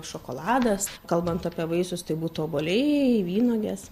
šokoladas kalbant apie vaisius tai būtų obuoliai vynuogės